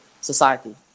society